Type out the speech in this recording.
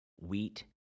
wheat